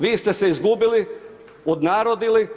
Vi ste se izgubili, odnarodili.